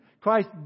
Christ